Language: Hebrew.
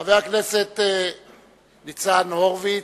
חבר הכנסת ניצן הורוביץ,